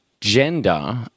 gender